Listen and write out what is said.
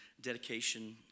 dedication